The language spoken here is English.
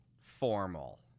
formal